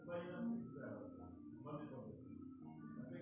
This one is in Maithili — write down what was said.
कुछु अदालतो मे प्रतिभूति शब्दो से वित्तीय साधनो के बाहर रखलो जाय छै